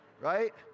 Right